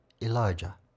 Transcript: Elijah